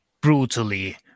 brutally